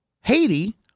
Haiti